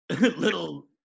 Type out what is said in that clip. little